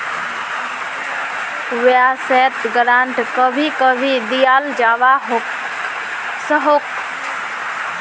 वाय्सायेत ग्रांट कभी कभी दियाल जवा सकोह